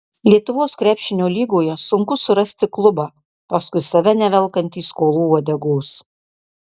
lietuvos krepšinio lygoje sunku surasti klubą paskui save nevelkantį skolų uodegos